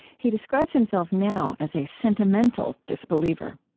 he describes himself now as a sentimental disbeliever.